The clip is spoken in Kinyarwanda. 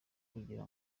kugira